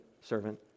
servant